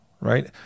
right